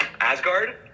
Asgard